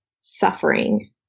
suffering